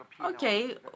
Okay